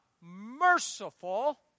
merciful